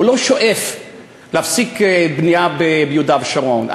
הוא לא שואף להפסיק בנייה ביהודה ושומרון.